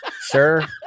Sir